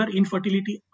infertility